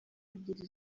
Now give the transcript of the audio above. ebyiri